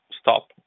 stop